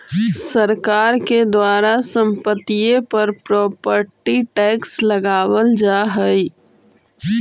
सरकार के द्वारा संपत्तिय पर प्रॉपर्टी टैक्स लगावल जा हई